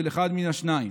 של אחד מן השניים.